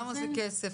גם עושה כסף,